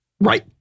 Right